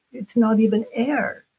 it's not even air.